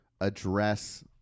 address